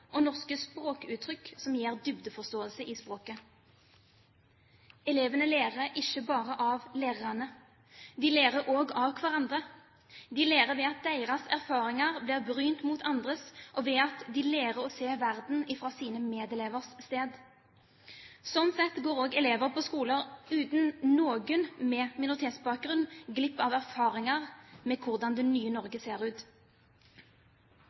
og norske språkuttrykk som gir dybdeforståelse i språket. Elever lærer ikke bare av lærerne. De lærer også av hverandre. De lærer ved at deres erfaringer blir brynt mot andres, og ved at de lærer å se verden fra sine medelevers sted. Sånn sett går også elever på skoler uten noen med minoritetsbakgrunn glipp av erfaringer med hvordan det nye Norge ser ut.